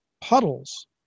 puddles